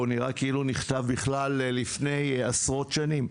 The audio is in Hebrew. שכאילו הוא בכלל מלפני עשרות שנים.